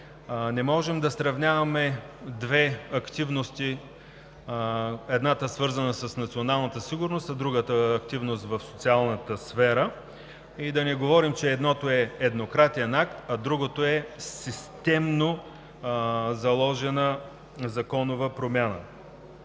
не можем да сравняваме две активности – едната, свързана с националната сигурност, а другата – в социалната сфера. Да не говорим, че едното е еднократен акт, а другото е системно заложена законова промяна.